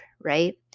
right